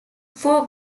four